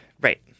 right